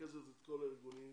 מרכזת את כל הארגונים